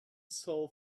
soul